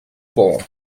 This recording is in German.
bon